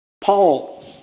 Paul